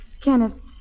Kenneth